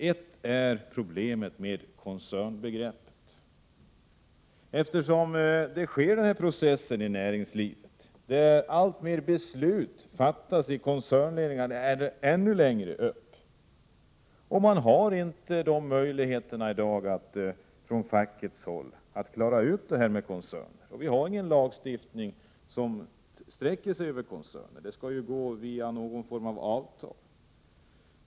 Ett gäller problemet med koncernbegreppet. Det sker en process i näringslivet där allt flera beslut fattas i koncernledningar eller ännu högre upp. Från fackligt håll har man i dag inte möjligheter att klara problemet med koncerner. Vi har ingen lagstiftning som behandlar förhållandena i koncerner —de skall ju regleras via någon form av avtal.